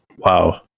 Wow